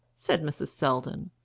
said mrs. selldon.